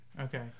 Okay